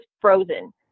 frozen